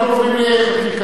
אנחנו עוברים לחקיקה.